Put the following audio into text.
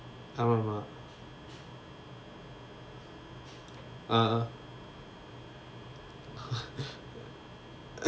ஆமா:aamaa ah ah